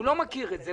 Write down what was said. הוא לא מכיר את זה.